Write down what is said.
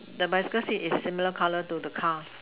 the bicycle say is similar colour to the car